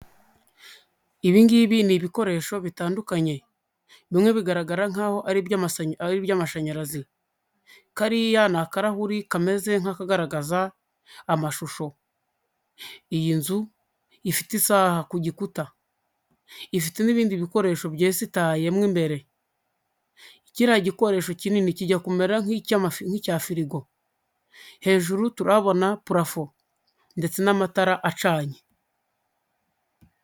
Ibingibi ni ibikoresho bitandukanye, bimwe bigaragara nk'aho ari iby'amashanyarazi, kariya ni akarahuri kameze nk'akagaragaza, amashusho iyi nzu ifite isaha ku gikuta, ifite n'ibindi bikoresho byesitaye mo imbere, kiriya gikoresho kinini kijya kumera nk'icya firigo, hejuru turabona purafo ndetse n'amatara acanye.